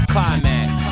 Climax